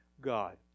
God